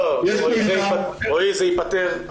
רועי, זה ייפתר.